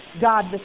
God